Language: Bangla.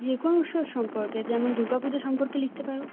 যে কোনো উৎসব সম্পর্কে যেমন দুর্গাপুজো সম্পর্কে লিখতে পারো